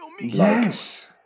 Yes